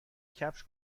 کفش